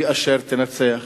הוא אשר תנצח.